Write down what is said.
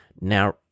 Now